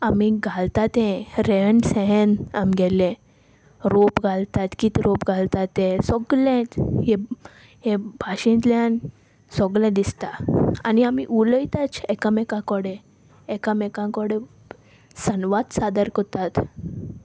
आमी घालता तें रेहण सेहन आमगेले रोप घालतात कित रोप घालता ते सोगळें हे हे भाशेंतल्यान सोगळें दिसता आनी आमी उलयताच एकामेकाकोडे एकामेकाकोडे संवाद सादर कोतात